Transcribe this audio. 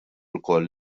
lkoll